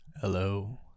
Hello